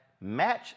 match